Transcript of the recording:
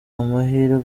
amahirwe